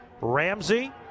Ramsey